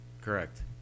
Correct